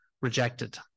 rejected